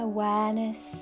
Awareness